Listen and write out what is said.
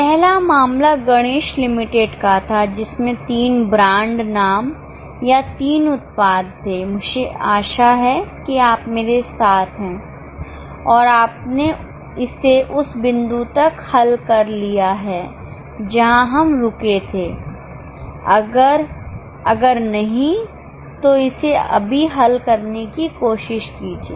पहला मामला गणेश लिमिटेड का था जिसमें तीन ब्रांड नाम या तीन उत्पाद थे मुझे आशा है कि आप मेरे साथ हैं और आपने इसे उस बिंदु तक हल कर लिया है जहां हम रुके थे अगर अगर नहीं तो इसेअभी हल करने की कोशिश कीजिए